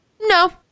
No